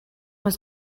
was